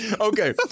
Okay